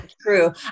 true